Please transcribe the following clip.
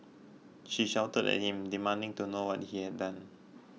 she shouted at him demanding to know what he had done